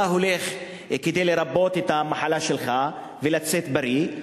אתה הולך כדי "לרבאות" את המחלה שלך ולצאת בריא,